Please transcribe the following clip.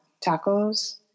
tacos